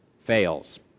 fails